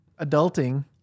adulting